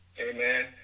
Amen